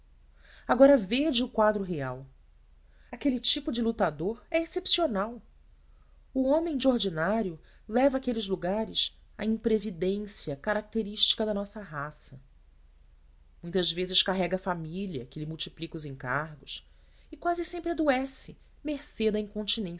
agora vede o quadro real aquele tipo de lutador é excepcional o homem de ordinário leva àqueles lugares a imprevidência característica da nossa raça muitas vezes carrega a família que lhe multiplica os encargos e quase sempre adoece